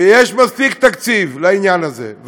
ויש מספיק תקציב לעניין הזה,